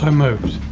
um moves.